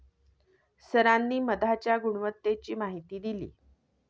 सरांनी मधाच्या गुणवत्तेची माहिती दिली